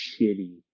shitty